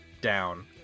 down